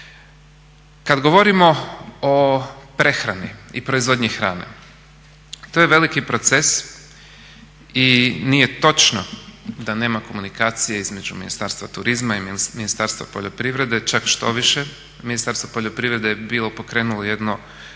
Kada govorimo o prehrani i proizvodnji hrane, to je veliki proces i nije točno da nema komunikacije između Ministarstva turizma i Ministarstva poljoprivrede. Čak štoviše Ministarstvo poljoprivrede je bilo pokrenulo jednu